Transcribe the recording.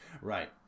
Right